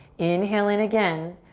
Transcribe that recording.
inhale in again.